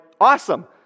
awesome